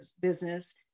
business